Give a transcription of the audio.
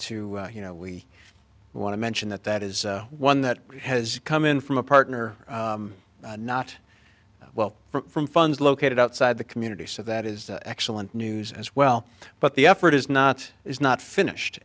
to you know we want to mention that that is one that has come in from a partner not well for funds located outside the community so that is excellent news as well but the effort is not is not finished